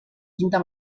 quinta